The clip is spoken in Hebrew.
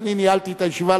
ואני ניהלתי את הישיבה,